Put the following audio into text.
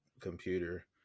computer